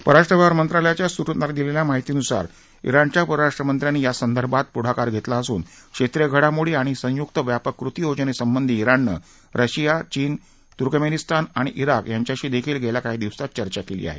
परराष्ट्र व्यवहार मंत्रालयाच्या सूत्रांनी दिलेल्या माहितीनुसार जिणच्या परराष्ट्र मंत्र्यांनी या संदर्भात पुढाकार घेतला असून क्षेत्रिय घडामोडी आणि संयुक्त व्यापक कृती योजनेसंबंधी जिणनं रशिया चीन तुर्कमेनिस्तान आणि ज्ञिक यांच्याशीदेखील गेल्या काही दिवसात चर्चा केली आहे